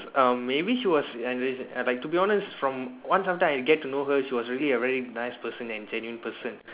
um maybe she was enrich and like to be honest from once after I get to know her she was really a very nice person and genuine person